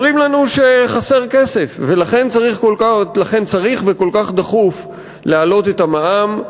אומרים לנו שחסר כסף ולכן צריך וכל כך דחוף להעלות את המע"מ.